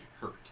hurt